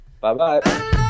Bye-bye